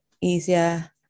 easier